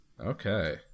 Okay